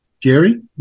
Jerry